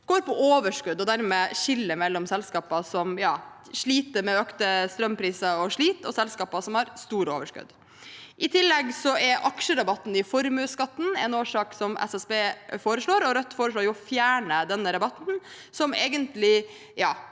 går på overskudd – og dermed skiller mellom selskap som sliter med økte strømpriser, og selskap som har store overskudd. I tillegg er aksjerabatten i formuesskatten én årsak som SSB foreslår. Rødt foreslår å fjerne denne rabatten, fordi den egentlig